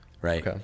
right